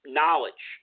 knowledge